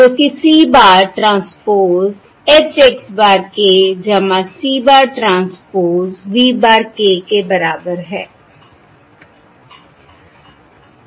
जो कि c bar transpose H x bar k c bar transpose v bar k के बराबर है